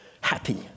happy